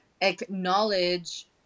acknowledge